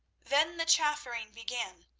then the chaffering began,